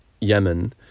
Yemen